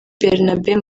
bernabe